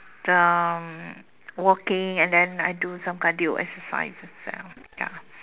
um walking and then I do some cardio exercises ah ya